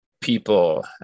people